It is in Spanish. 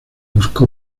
buscó